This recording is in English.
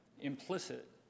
implicit